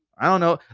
i don't know.